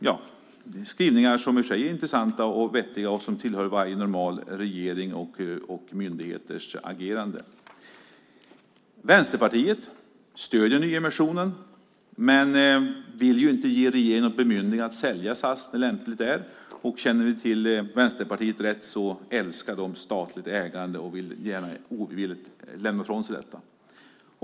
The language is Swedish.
Det är skrivningar som i och för sig är intressanta och vettiga och som tillhör varje normal regerings och myndighets agerande. Vänsterpartiet stöder nyemissionen men vill inte ge regeringen något bemyndigande att sälja SAS när så är lämpligt. Känner vi Vänsterpartiet rätt älskar de statligt ägande och vill ogärna lämna ifrån sig detta.